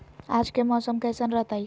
आज के मौसम कैसन रहताई?